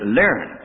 learn